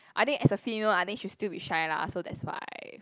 I think as a female I think she'll still be shy lah so that's why